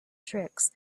tricks